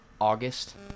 August